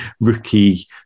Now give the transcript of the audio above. rookie